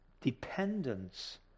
dependence